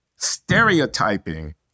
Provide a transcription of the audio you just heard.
stereotyping